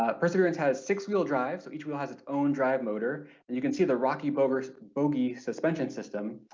ah perseverance has six-wheel drive, so each wheel has its own drive motor and you can see the rocky bogus bogey suspension system,